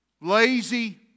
lazy